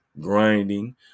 grinding